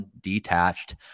detached